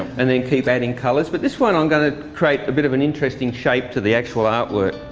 and then keep adding colors. but this one i'm going to create a bit of an interesting shape to the actual art work.